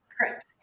Correct